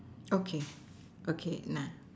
okay okay nah